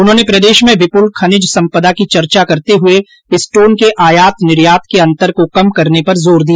उन्होंने प्रदेश में विपुल खनिज संपदा की चर्चा करते हुए स्टोन के आयात निर्यात के अंतर को कम करने पर जोर दिया